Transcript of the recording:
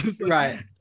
Right